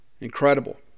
Incredible